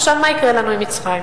עכשיו, מה יקרה לנו עם מצרים,